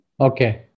Okay